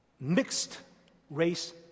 mixed-race